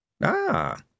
Ah